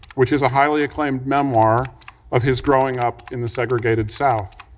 which is a highly acclaimed memoir of his growing up in the segregated south.